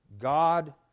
God